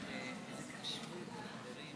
כשאתה מגיע לשדה התעופה,